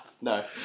No